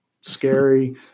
scary